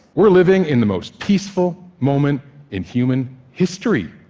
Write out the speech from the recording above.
we're living in the most peaceful moment in human history.